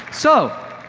so